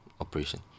Operation